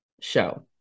show